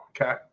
Okay